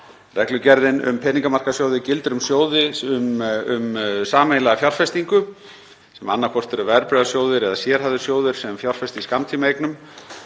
Reglugerðin um peningamarkaðssjóði gildir um sjóði um sameiginlega fjárfestingu sem annaðhvort eru verðbréfasjóðir eða sérhæfðir sjóðir sem fjárfesta í skammtímaeignum